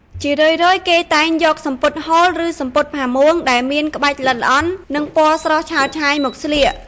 ជារឿយៗគេតែងយក សំពត់ហូល ឬ សំពត់ផាមួង ដែលមានក្បាច់ល្អិតល្អន់ និងពណ៌ស្រស់ឆើតឆាយមកស្លៀក។